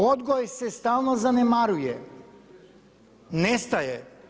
Odgoj se stalno zanemaruje, nestaje.